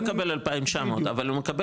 הוא לא יקבל 2,900, אבל הוא מקבל.